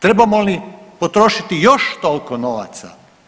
Trebamo li potrošiti još toliko novaca?